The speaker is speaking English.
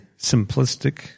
simplistic